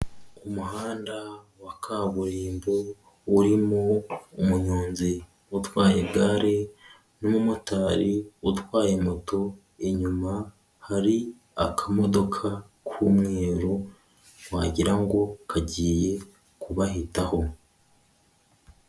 Ku muhanda wa kaburimbo urimo umuyonzi utwaye igare n'umumotari utwaye moto inyuma hari akamodoka k'umweru wagira ngo kagiye kubahitaho.